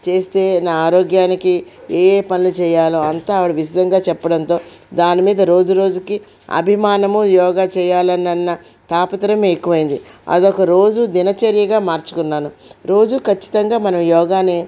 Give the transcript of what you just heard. చేస్తే నా ఆరోగ్యానికి ఏఏ పనులు చేయాలో అంతా ఆవిడ విశదంగా చెప్పడంతో దాని మీద రోజు రోజుకి అభిమానము యోగా చేయాలన్నా తాపత్రయము ఎక్కువైంది అది ఒక రోజు దినచర్యగా మార్చుకున్నాను రోజు ఖచ్చితంగా మనం యోగాని